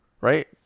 Right